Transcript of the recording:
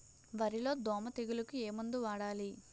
వరిలో దోమ తెగులుకు ఏమందు వాడాలి?